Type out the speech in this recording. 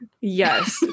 Yes